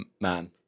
Man